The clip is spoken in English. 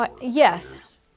Yes